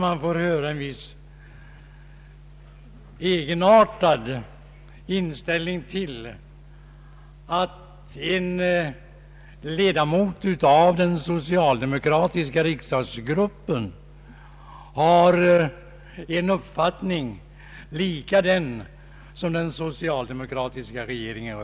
Man möter ofta en viss egenartad inställning till att en ledamot av den socialdemokratiska riksdagsgruppen har samma uppfattning som den socialdemokratiska regeringen.